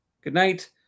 goodnight